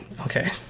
okay